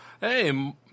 Hey